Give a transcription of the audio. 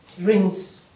rings